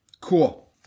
Cool